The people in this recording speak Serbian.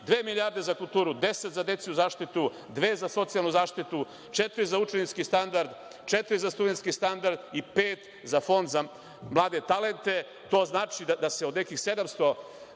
milijarde za kulturu, 10 za dečiju zaštitu, dve za socijalnu zaštitu, četiri za učenički standard, četiri za studentski standard i pet za Fond za mlade talente. To znači da se od nekih 700